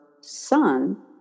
son